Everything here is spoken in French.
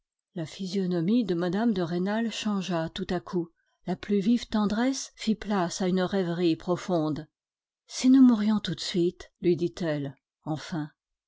la physionomie de mme de rênal changea tout à coup la plus vive tendresse fit place à une rêverie profonde si nous mourions tout de suite lui dit-elle enfin